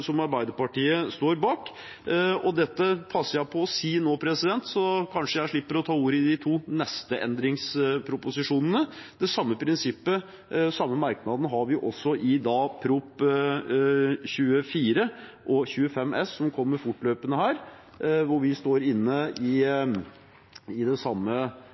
Arbeiderpartiet står bak. Dette passer jeg på å si nå, så kanskje jeg slipper å ta ordet i sakene om de neste endringsproposisjonene. De samme merknadene har vi også i innstillingene til Prop. 24 S og Prop. 25 S som kommer fortløpende her, hvor vi står for det samme prinsippet, men med forslag. Det